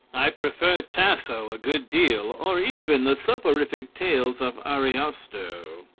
i prefer tasso a good deal, or even the soporific tales of ariosto.